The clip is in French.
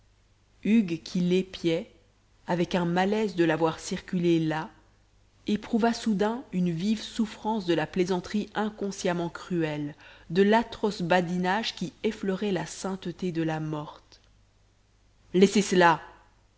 hugues qui l'épiait avec un malaise de la voir circuler là éprouva soudain une vive souffrance de la plaisanterie inconsciemment cruelle de l'atroce badinage qui effleurait la sainteté de la morte laissez cela